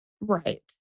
Right